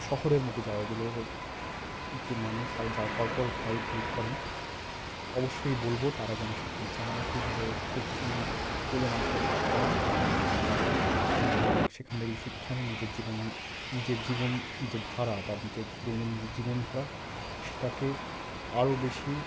শহরের মতো জায়গাগুলো ওর যে মানুষ তার যার কর্পোরেট লাইফ লিড করেন অবশ্যই বলব তারা যেন সেখানে যান কীভাবে প্রকৃতির কোলে মানুষ কীভাবে বাস করেন তারা যেন সেগুলো দেখেন এবং সেখান থেকে কিছু শিক্ষা নিন নিজের জীবন নিজের জীবন যে ধারা বা নিজের দৈনন্দিন যে জীবন ধারা সেটাকে আরও বেশি